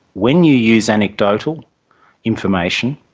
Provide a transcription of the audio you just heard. when you use anecdotal information,